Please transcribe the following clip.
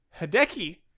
Hideki